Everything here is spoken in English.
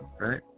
Right